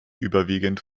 überwiegend